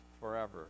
forever